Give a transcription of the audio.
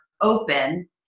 open